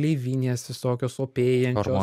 gleivinės visokios opėjančios